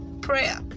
Prayer